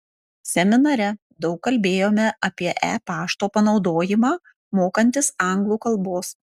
seminare daug kalbėjome apie e pašto panaudojimą mokantis anglų kalbos